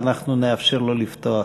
אז אנחנו נאפשר לו לפתוח.